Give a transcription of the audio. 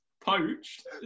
poached